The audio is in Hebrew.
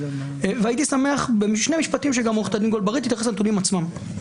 הייתי שמח שגם עורכת הדין גולברי תתייחס לנתונים עצמם.